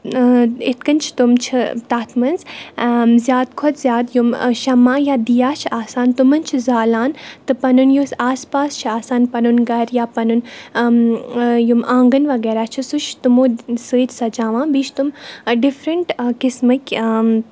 یِتھٕ کٔنۍ چھِ تِم چھِ تَتھ منٛز زیادٕ کھۄتہٕ زیادٕ یِم شَمع یا دیا چھِ آسان تِمَن چھِ زالان تہٕ پَنُن یُس آس پاس چھِ آسان پَنُن گَرِ یا پَنُن یِم آنٛگَن وَغیرہ چھِ سُہ چھِ تِمو سۭتۍ سَجاوان بیٚیہِ چھِ تِم ڈِفرَنٛٹ قٕسمٕکۍ